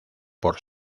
por